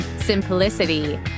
simplicity